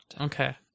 Okay